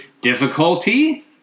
difficulty